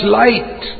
light